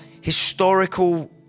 historical